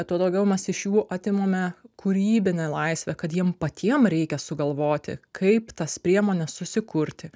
tuo daugiau mes iš jų atimame kūrybinę laisvę kad jiem patiem reikia sugalvoti kaip tas priemones susikurti